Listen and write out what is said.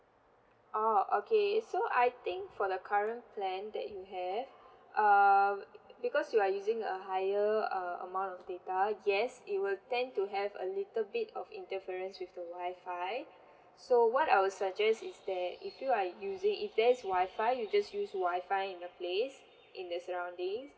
oh okay so I think for the current plan that you have err because you are using a higher uh amount of data yes it will tend to have a little bit of interference with the wi-fi so what I will suggest is that if you are using if there's wi-fi you just use wi-fi in the place in the surrounding